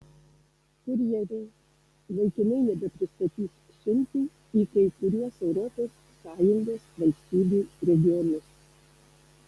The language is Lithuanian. kurjeriai laikinai nebepristatys siuntų į kai kuriuos europos sąjungos valstybių regionus